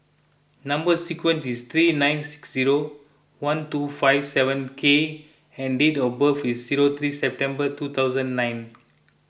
Number Sequence is T nine six zero one two five seven K and date of birth is zero three September two thousand nine